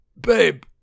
Babe